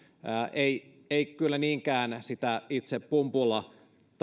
ei ei kyllä niinkään sitä itse pumpulla